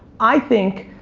i think